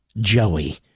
Joey